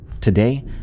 Today